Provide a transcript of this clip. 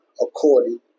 according